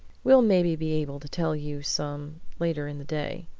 we'll maybe be able to tell you some later in the day,